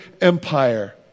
Empire